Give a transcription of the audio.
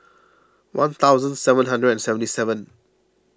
one thousand seven hundred and seventy seven